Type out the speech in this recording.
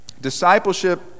Discipleship